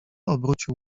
obrócił